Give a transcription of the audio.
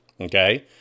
okay